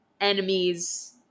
enemies